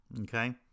okay